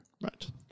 Right